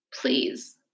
Please